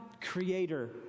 creator